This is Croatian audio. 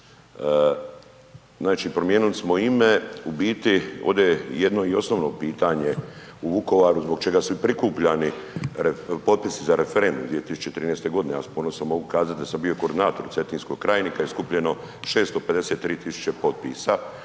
Znači promijenili smo ime, u biti, ovdje je jedno i osnovno pitanje u Vukovaru, zbog čega su i prikupljani potpisi za referendum 2013. Ja s ponosom mogu kazati da sam bio koordinator u Cetinskoj krajini kad je skupljeno 653 tisuće potpisa,